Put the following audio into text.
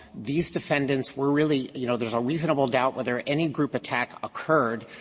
these defendants were really you know, there's a reasonable doubt whether any group attack occurred.